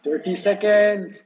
thirty seconds